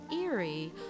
eerie